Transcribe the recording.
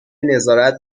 نظارت